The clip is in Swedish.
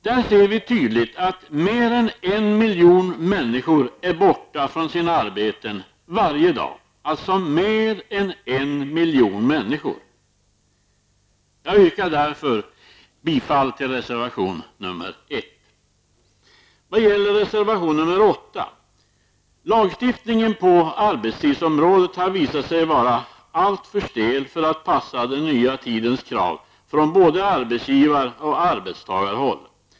Där ser vi tydligt att mer än 1 miljon människor är borta från sina arbeten varje dag -- alltså mer än 1 miljon människor! Jag yrkar därför bifall till reservation 1. Vad gäller reservation 8 har lagstiftningen på arbetstidsområdet visat sig vara alltför stel för att passa den nya tidens krav från både arbetsgivaroch arbetstagarhåll.